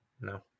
no